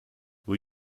will